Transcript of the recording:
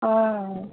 অঁ